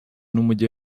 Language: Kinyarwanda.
n’umujyi